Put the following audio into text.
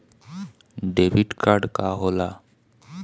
Debit card का होला?